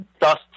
dust